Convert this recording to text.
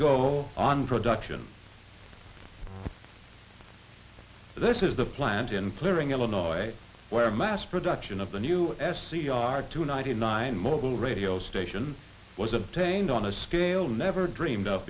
go on production this is the plant in clearing illinois where mass production of the new s c r to ninety nine mobile radio station was obtained on a scale never dreamed